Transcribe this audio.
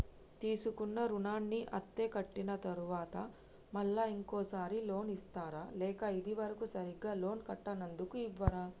తీసుకున్న రుణాన్ని అత్తే కట్టిన తరువాత మళ్ళా ఇంకో సారి లోన్ ఇస్తారా లేక ఇది వరకు సరిగ్గా లోన్ కట్టనందుకు ఇవ్వరా?